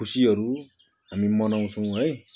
खुसीहरू हामी मनाउँछौँ है